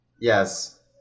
Yes